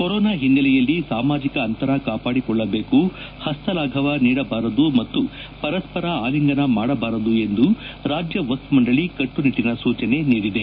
corona ಹಿನ್ನೆಲೆಯಲ್ಲಿ ಸಾಮಾಜಿಕ ಅಂತರ ಕಾಪಾಡಿಕೊಳ್ಳಬೇಕು ಹಸ್ತಲಾಗವ ನೀಡಬಾರದು ಮತ್ತು ಪರಸ್ವರ ಆಲಿಂಗನ ಮಾಡಬಾರದು ಎಂದು ರಾಜ್ಯ ವಕ್ವ್ ಮಂಡಳಿ ಕಟ್ಟುನಿಟ್ಟಿನ ಸೂಚನೆ ನೀಡಿದೆ